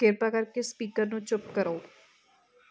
ਕਿਰਪਾ ਕਰਕੇ ਸਪੀਕਰ ਨੂੰ ਚੁੱਪ ਕਰੋ